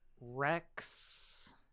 Rex